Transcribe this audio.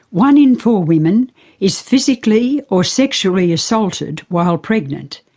one in four women is physically or sexually assaulted while pregnant,